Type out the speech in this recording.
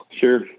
Sure